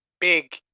big